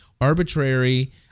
arbitrary